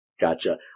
Gotcha